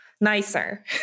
nicer